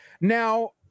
Now